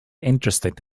interested